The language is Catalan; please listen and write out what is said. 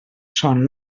són